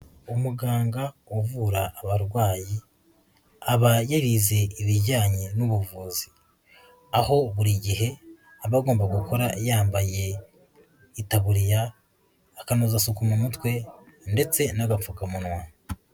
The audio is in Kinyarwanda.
Umuganga uvura abarwayi aba yarize ibijyanye n'ubuvuzi, aho buri gihe aba agomba guhora yambaye itaburiya, akanozasuku mu mutwe ndetse n'agapfukamunwa.